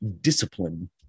discipline